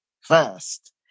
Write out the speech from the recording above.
first